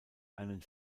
einen